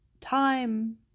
time